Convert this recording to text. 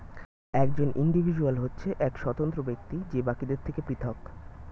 একজন ইন্ডিভিজুয়াল হচ্ছে এক স্বতন্ত্র ব্যক্তি যে বাকিদের থেকে পৃথক